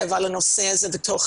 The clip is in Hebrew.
זה הנושא של המיסוי ובכלל לא נגענו